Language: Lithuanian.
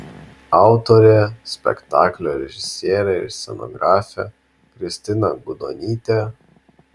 autorė spektaklio režisierė ir scenografė kristina gudonytė